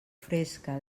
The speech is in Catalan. fresca